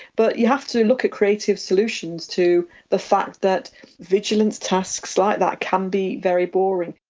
but you have to look at creative solutions to the fact that vigilance tasks like that can be very boring.